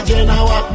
Genoa